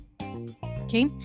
Okay